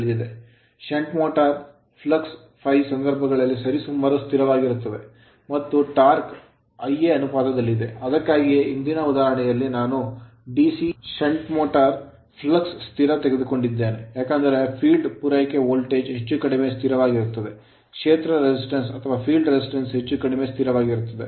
shunt motor shunt motor flux flux ∅ ಸಂದರ್ಭಗಳಲ್ಲಿ ಸರಿಸುಮಾರು ಸ್ಥಿರವಾಗಿರುತ್ತದೆ ಮತ್ತು torque ಟಾರ್ಕ್ Ia ಅನುಪಾತದಲ್ಲಿದೆ ಅದಕ್ಕಾಗಿಯೇ ಹಿಂದಿನ ಉದಾಹರಣೆಯಲ್ಲಿ ನಾನು DC shunt motor shunt motor flux flux ಸ್ಥಿರ ತೆಗೆದುಕೊಂಡಿದ್ದೇನೆ ಏಕೆಂದರೆ filed ಕ್ಷೇತ್ರ ಪೂರೈಕೆ ವೋಲ್ಟೇಜ್ ಹೆಚ್ಚು ಕಡಿಮೆ ಸ್ಥಿರವಾಗಿರುತ್ತದೆ ಕ್ಷೇತ್ರ resistance ಪ್ರತಿರೋಧ ಹೆಚ್ಚು ಕಡಿಮೆ ಸ್ಥಿರವಾಗಿರುತ್ತದೆ